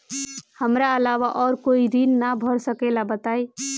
हमरा अलावा और कोई ऋण ना भर सकेला बताई?